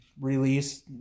release